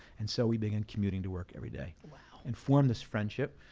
and so we began commuting to work every day, and formed this friendship.